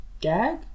gag